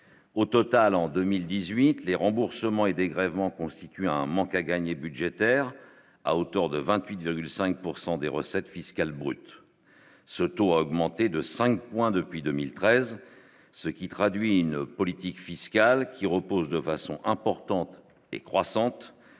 au total en 2018 les remboursements et dégrèvements constitue un manque à gagner budgétaire à hauteur de 28,5 pourcent des recettes fiscales brute, ce taux a augmenté de 5 points depuis 2013, ce qui traduit une politique fiscale qui repose de façon importante et croissante